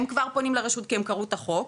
הם כבר פונים לרשות כי הם קראו בחוק,